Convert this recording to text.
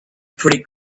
pretty